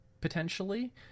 potentially